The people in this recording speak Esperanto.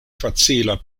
facila